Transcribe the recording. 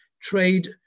trade